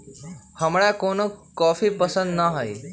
हमरा कोनो कॉफी पसंदे न हए